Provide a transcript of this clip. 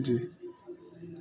جی